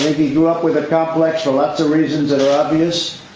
he grew up with a complex, the left. the reasons are obvious.